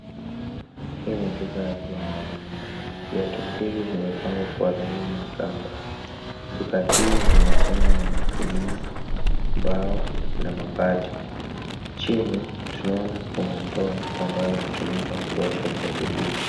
Hii ni duka ya viatu, viatu hivi vimepangwa kwa laini ya kamba. Duka hili limejengwa na magunia, mbao na mabati .Chini tunaona kuna ndoo ambayo inatumika kuosha viatu hivi.